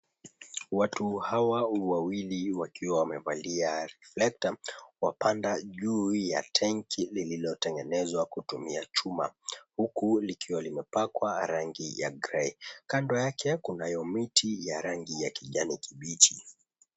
Watu hawa wawili wakiwa wamevalia reflecter wapanda juu ya tenki lililotengenezwa kutumia chuma huku likiwa limepakwa rangi ya grey . Kando yake kunayo miti ya rangi ya kijani kibichi